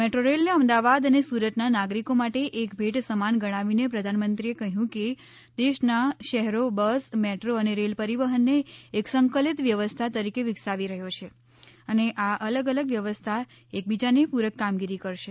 metro રેલને અમદાવાદ અને સુરતના નાગરિકો માટે એક ભેટ સમાન ગણાવીને પ્રધાનમંત્રીએ કહ્યું કે દેશના શહેરો બસ મેટ્રો અને રેલ પરિવહનને એક સંકલીત વ્યવસ્થા તરીકે વિકસાવી રહ્યો છે અને આ અલગ અલગ વ્યવસ્થા એક બીજાને પૂરક કામગીરી કરશે